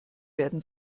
werden